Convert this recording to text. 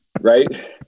right